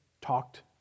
talked